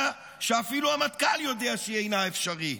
שאפילו המטכ"ל יודע שהיא אינה אפשרית.